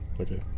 Okay